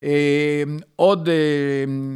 אממ עוד אממ.